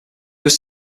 was